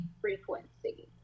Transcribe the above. frequency